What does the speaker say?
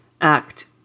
act